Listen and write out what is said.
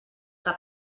que